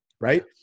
right